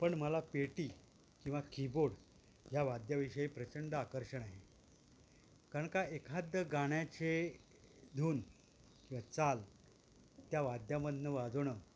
पण मला पेटी किंवा कीबोर्ड ह्या वाद्याविषयी प्रचंड आकर्षण आहे कारण का एखादं गाण्याचे धुन किंवा चाल त्या वाद्यामधून वाजवणं